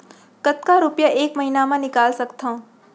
कतका रुपिया एक महीना म निकाल सकथव?